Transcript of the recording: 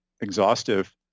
exhaustive